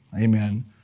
amen